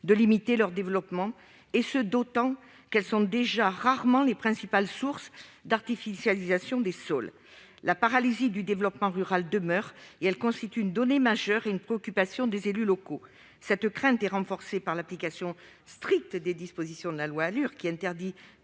de limiter leur développement ; en outre, elles sont rarement les principales sources d'artificialisation des sols. La paralysie du développement rural demeure et constitue une donnée majeure et une préoccupation des élus locaux. Cette crainte est renforcée par l'application stricte des dispositions de la loi pour l'accès